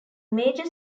major